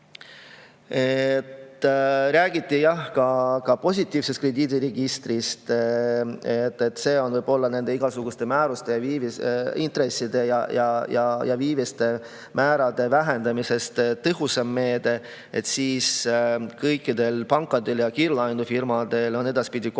Räägiti ka positiivsest krediidiregistrist, et see on võib-olla igasuguste määruste, viivisintresside ja viivise määrade vähendamisest tõhusam meede, sest kõikidel pankadel ja kiirlaenufirmadel on edaspidi kohustus